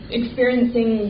experiencing